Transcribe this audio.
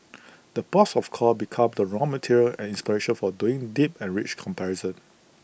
the ports of call become the raw material and inspiration for doing deep and rich comparison